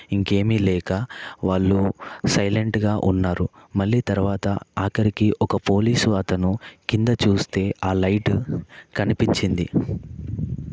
ఇంకేమీ లేక వాళ్ళు సైలెంట్గా ఉన్నారు మళ్ళీ తర్వాత ఆఖరికి ఒక పోలీసు అతను కింద చూస్తే ఆ లైట్ కనిపించింది